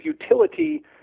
utility